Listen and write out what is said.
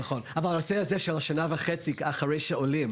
אבל הנושא הזה של השנה וחצי אחרי שעולים